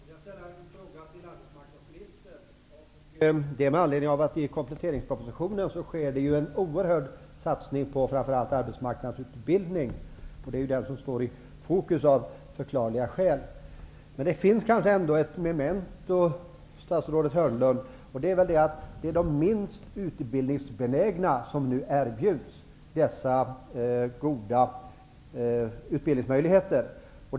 Fru talman! Jag vill ställa en fråga till arbetsmarknadsministern, med anledning av att det i kompletteringspropositionen föreslås en oerhört stor satsning på framför allt arbetsmarknadsutbildning. Det är den som står i fokus, av förklarliga skäl. Det kanske ändå finns ett memento, statsrådet Hörnlund, nämligen att det är de minst utbildningsbenägna som nu erbjuds dessa goda utbildningsmöjligheter.